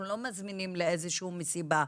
אנחנו לא מזמינים לאיזה שהיא מסיבה,